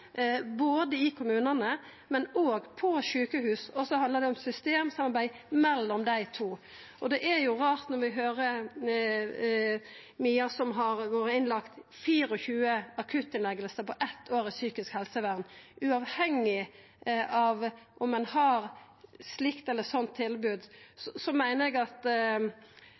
både i kommunane og på sjukehusa, og så handlar det om systemsamarbeid mellom dei to. Og det er jo rart, når vi høyrer om Mia, som har hatt 24 akuttinnleggingar på eitt år i psykisk helsevern: Uavhengig av om ein har eit slikt eller sånt tilbod, meiner eg at